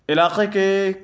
علاقے کے